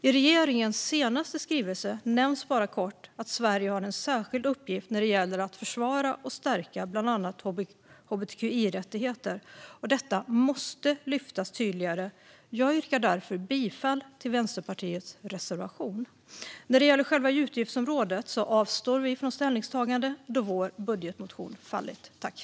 I regeringens senaste skrivelse nämns bara kort att Sverige har en särskild uppgift när det gäller att försvara och stärka bland annat hbtqi-rättigheter. Detta måste lyftas fram tydligare. Jag yrkar därför bifall till Vänsterpartiets reservation. När det gäller själva utgiftsområdet avstår vi från ställningstagande, eftersom vår budgetmotion har fallit.